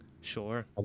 Sure